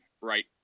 right